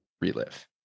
relive